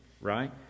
right